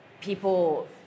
people